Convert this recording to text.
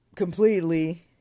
completely